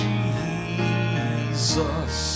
Jesus